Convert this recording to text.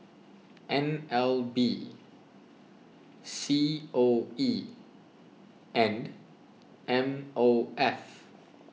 N L B C O E and M O F